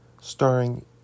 Starring